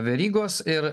verygos ir